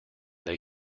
they